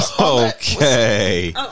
Okay